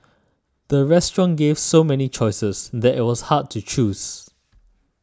the restaurant gave so many choices that it was hard to choose